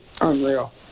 Unreal